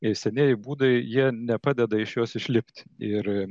ir senieji būdai jie nepadeda iš jos išlipt ir